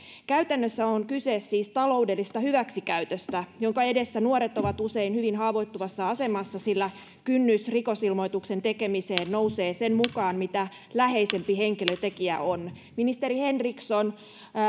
käytännössä on siis kyse taloudellisesta hyväksikäytöstä jonka edessä nuoret ovat usein hyvin haavoittuvassa asemassa sillä kynnys rikosilmoituksen tekemiseen nousee sen mukaan mitä läheisempi henkilö tekijä on ministeri henriksson